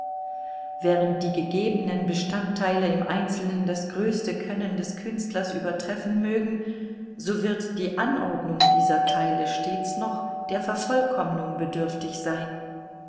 während die gegebenen bestandteile im einzelnen das größte können des künstlers übertreffen mögen so wird die anordnung dieser teile stets noch der vervollkommnung bedürftig sein